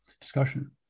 discussion